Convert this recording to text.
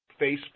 Facebook